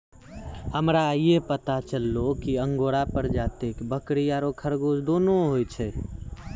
हमरा आइये पता चललो कि अंगोरा प्रजाति के बकरी आरो खरगोश दोनों होय छै